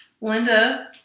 Linda